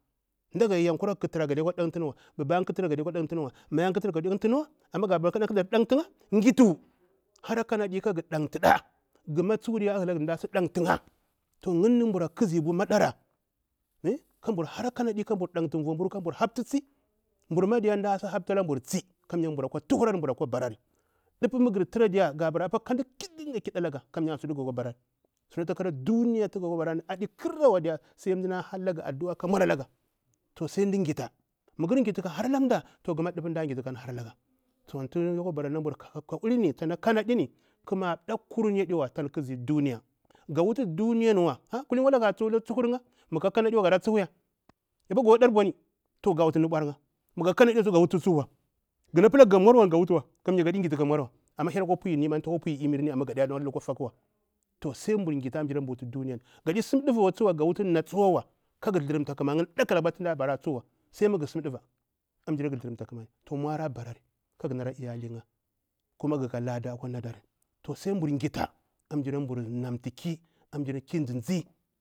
Yankuraga kha tura ghaɗa kwa ɗantiniwa, babuya khatura gaɗa kwa ɗantiniwa maya'ua kha tura gade kwa ɗantiniwa amma ga pila kan ɗantiya ghitu kara hara kanaɗi kara ɗantiɓa guma a helaga mdasu dantu'ya yinni mbura kisibu maɗara, kabur hara kanaƙi kabur ɗantu vumbur mburu madiya mdasi hapta laburu tsi ghama dippu mu gha tura kan haptalaga tsi kamya ga bara kan ƙiɗalaga kamya suɗi tuga barata khara duniya wa, duniya yinni adi kharawa sai mdana hallagha adua ka maulaga to sai mda ghita mah mdaƙa ghita ka hara ghama mda hallaga, to tsana kanaƙi ƙama ƙakkurinni aɗiwa tanƙazi duniya ga wutu duniyan wa kullini wala ga lukwa tsuhurya ga tsuktu mauya mah gaɗeka kanaɗi wa ya kwa wul ga kwa ɗarbauni to ga wutu nuɓwa'ya, ghana pila ga maurwa sauƙitu gawutawa amma hyel akwa puyi imirni ka niamar ni amma gaɓa lukwa fakuwa sai mbur ghita ambulla mbur wuta duniya ni, gaɗi sum davuwa tsuwa ga wutu nu tsu wa wa kaga tharumta ƙama ƙakkhala ka apa tu mda a dara tsuwa sai mu ghar sum ƙava ambula gha tharkuma kuma ghaka lada to sai mbur ghita ƙabur nantu ki amɓala ki zinzi.